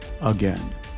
again